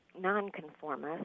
nonconformist